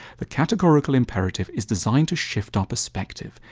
the categorical imperative is designed to shift our perspective,